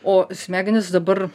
o smegenys dabar